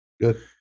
good